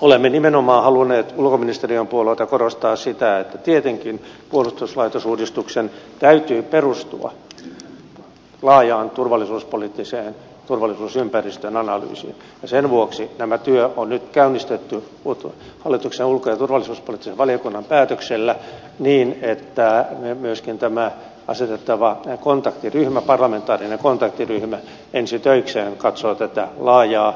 olemme nimenomaan halunneet ulkoministeriön puolelta korostaa sitä että tietenkin puolustuslaitosuudistuksen täytyy perustua laajaan turvallisuuspoliittiseen turvallisuusympäristön analyysiin ja sen vuoksi tämä työ on nyt käynnistetty hallituksen ulko ja turvallisuuspoliittisen valiokunnan päätöksellä niin että myöskin tämä asetettava parlamentaarinen kontaktiryhmä ensi töikseen katsoo tätä laajaa